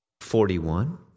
Forty-one